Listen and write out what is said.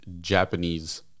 Japanese